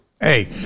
Hey